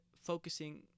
focusing